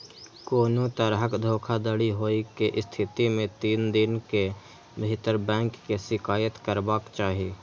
कोनो तरहक धोखाधड़ी होइ के स्थिति मे तीन दिन के भीतर बैंक के शिकायत करबाक चाही